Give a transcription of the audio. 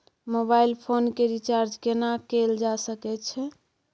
Mobile phone के recharge केना कैल जा सकै छै?